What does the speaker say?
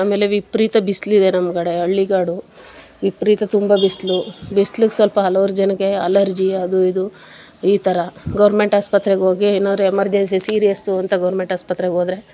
ಆಮೇಲೆ ವಿಪರೀತ ಬಿಸಿಲಿದೆ ನಮ್ಮ ಕಡೆ ಹಳ್ಳಿಗಾಡು ವಿಪರೀತ ತುಂಬ ಬಿಸಿಲು ಬಿಸ್ಲಿಗೆ ಸ್ವಲ್ಪ ಹಲವರು ಜನಕ್ಕೆ ಅಲರ್ಜಿ ಅದೂ ಇದು ಈ ಥರ ಗೌರ್ಮೆಂಟ್ ಆಸ್ಪತ್ರೆಗೋಗಿ ಏನಾದರೂ ಎಮರ್ಜೆನ್ಸಿ ಸೀರಿಯಸ್ಸೂ ಅಂತ ಗೌರ್ಮೆಂಟ್ ಆಸ್ಪತ್ರೆಗೋದರೆ